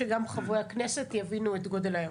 שגם חברי הכנסת יבינו את גודל האירוע.